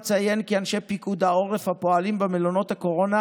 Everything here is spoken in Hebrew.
אציין כי אנשי פיקוד העורף הפועלים במלונות הקורונה